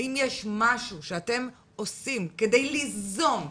האם יש משהו שאתם עושים כדי ליזום ולבדוק,